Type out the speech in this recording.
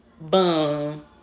boom